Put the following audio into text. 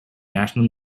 national